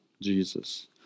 Jesus